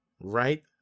right